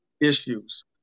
issues